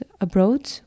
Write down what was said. abroad